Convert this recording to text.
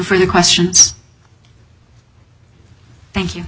from the questions thank you